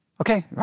Okay